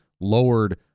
lowered